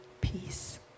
peace